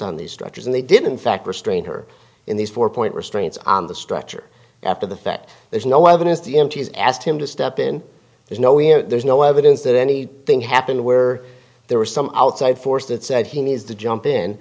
on these structures and they didn't fact restrain her in these four point restraints on the structure after the fact there's no evidence the mts asked him to step in there's no you know there's no evidence that any thing happened where there was some outside force that said he needs to jump in